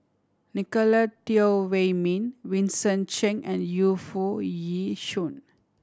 Nicolette Teo Wei Min Vincent Cheng and Yu Foo Yee Shoon